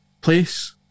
place